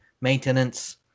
maintenance